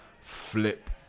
flip